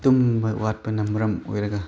ꯇꯨꯝꯕ ꯋꯥꯠꯄꯅ ꯃꯔꯝ ꯑꯣꯏꯔꯒ